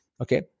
Okay